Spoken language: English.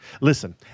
Listen